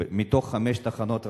מתוך חמש תחנות רכבת,